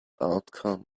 outcome